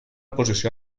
posició